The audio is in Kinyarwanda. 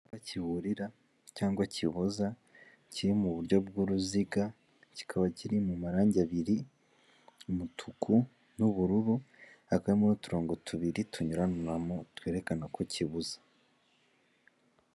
Icyapa kiburira cyangwa kibuza kiri mu buryo bw'uruziga, kikaba kiri mu marangi abiri umutuku, n'ubururu, hakaba harimo n'uturongo tubiri tunyuranamo twerekana ko kibuza.